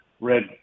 red